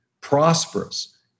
prosperous